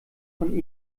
von